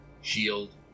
shield